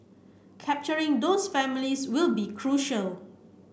capturing those families will be crucial